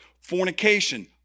fornication